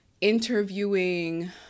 interviewing